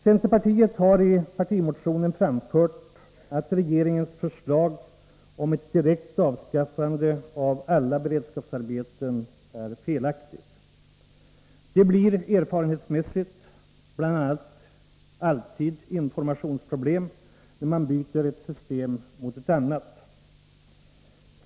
Centerpartiet har i partimotionen framfört att regeringens förslag om ett direkt avskaffande av alla beredskapsarbeten är felaktigt. Det blir erfarenhetsmässigt bl.a. alltid informationsproblem när man byter ett system mot ett annat.